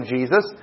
Jesus